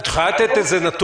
את יכולה להגיד לנו נתון,